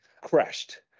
crashed